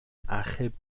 achub